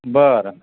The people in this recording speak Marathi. बरं